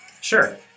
Sure